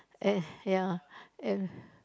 and ya and